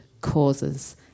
causes